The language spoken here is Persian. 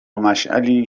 مشعلی